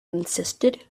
insisted